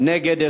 נגד,